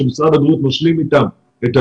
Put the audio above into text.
כאשר משרד הבריאות משלים את הנתונים,